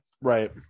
right